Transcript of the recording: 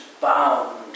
bound